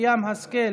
התרבות והספורט.